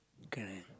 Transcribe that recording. okay lah